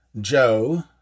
Joe